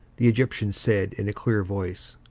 the egyptian said, in a clear voice.